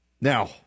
Now